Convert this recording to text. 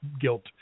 guilt